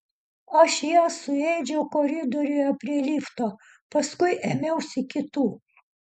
aš ją suėdžiau koridoriuje prie lifto paskui ėmiausi kitų